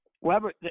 Weber